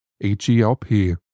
H-E-L-P